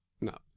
No